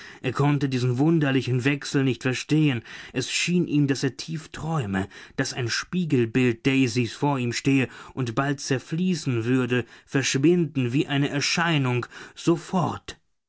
er konnte diesen wunderlichen wechsel nicht verstehen es schien ihm daß er tief träume daß ein spiegelbild daisys vor ihm stehe und bald zerfließen würde verschwinden wie eine erscheinung sofort